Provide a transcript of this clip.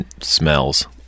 smells